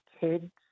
kids